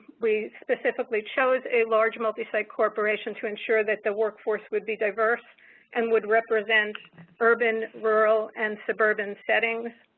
we specifically chose a large multisite corporation to ensure that the workforce would be diverse and would represent urban, rural and suburban settings.